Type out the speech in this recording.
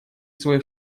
свой